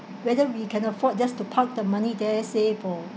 whether we can afford just to park the money there say for